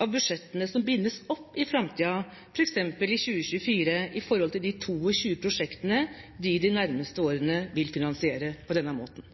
av budsjettene som bindes opp i framtiden, f.eks. i 2024, i forhold til de 22 prosjektene de i de nærmeste årene vil finansiere på denne måten.